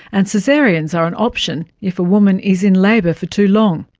and caesareans are an option if a woman is in labour for too long.